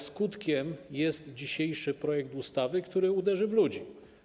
Skutkiem tego jest dzisiejszy projekt ustawy, który uderzy w ludzi.